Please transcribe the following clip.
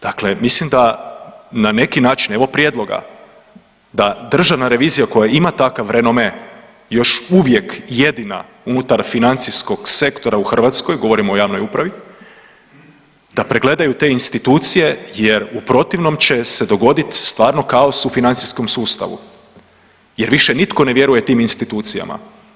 Dakle, mislim da na neki način, evo prijedloga da državna revizija koja ima takav renome još uvijek jedina unutar financijskog sektora u Hrvatskoj, govorim o javnoj upravi, da pregledaju te institucije jer u protivnom će se dogodit stvarno kaos u financijskom sustavu jer više nitko ne vjeruje tim institucijama.